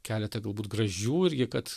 keletą galbūt gražių irgi kad